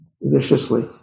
viciously